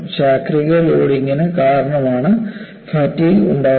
ചാക്രിക ലോഡിംഗ് കാരണമാണ് ഫാറ്റിഗ് ഉണ്ടാകുന്നത്